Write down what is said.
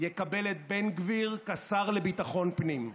יקבל את בן גביר כשר לביטחון הפנים.